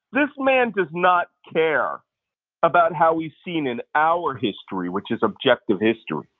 this man does not care about how he's seen in our history, which is objective history.